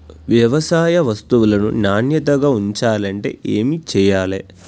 వ్యవసాయ వస్తువులను నాణ్యతగా ఉంచాలంటే ఏమి చెయ్యాలే?